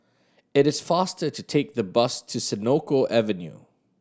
it is faster to take the bus to Senoko Avenue